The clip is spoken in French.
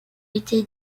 été